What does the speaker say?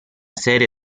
serie